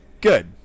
Good